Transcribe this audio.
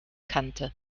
kante